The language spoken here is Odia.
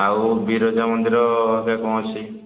ଆଉ ବିରଜା ମନ୍ଦିର ସେ କ'ଣ ଅଛି